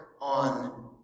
on